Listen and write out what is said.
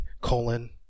colon